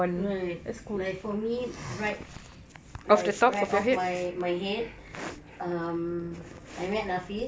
right like for me right like right off my head um I met nafiz